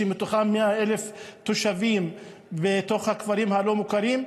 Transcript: שמהם 100,000 תושבים מהכפרים הלא-מוכרים.